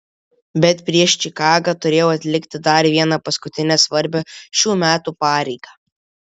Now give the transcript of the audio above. bet prieš čikagą turėjau atlikti dar vieną paskutinę svarbią šių metų pareigą